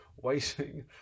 waiting